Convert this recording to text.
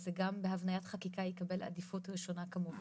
אז זה גם בהבניית חקיקה יקבל עדיפות ראשונה כמובן,